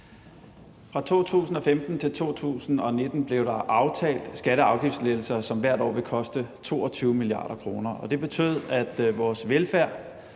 fra 2015 til 2019 havde aftalt skatte- og afgiftslettelser, som hvert år vil koste 22 mia. kr. Hvis det ikke var